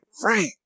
Frank